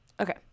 Okay